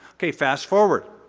ok, fast forward.